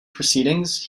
proceedings